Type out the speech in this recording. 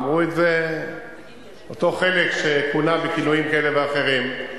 אמרו את זה אותו חלק שכונה בכינויים כאלה ואחרים,